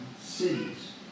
cities